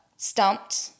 Stumped